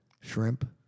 shrimp